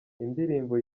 indirimbo